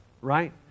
right